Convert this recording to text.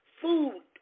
Food